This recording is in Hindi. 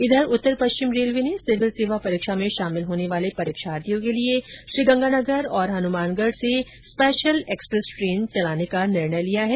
इधर उत्तर पश्चिम रेलवे ने सिविल सेवा परीक्षा में शामिल होने वाले परीक्षार्थियों के लिए श्रीगंगानगर और हनुमानगढ़ से परीक्षा स्पेशल एक्सप्रेस ट्रेन चलाने का निर्णय लिया है